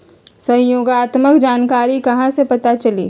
सहयोगात्मक जानकारी कहा से पता चली?